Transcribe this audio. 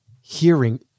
hearing